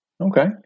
Okay